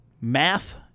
math